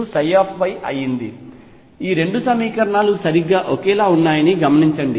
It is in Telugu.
2 సమీకరణాలు సరిగ్గా ఒకేలా ఉన్నాయని గమనించండి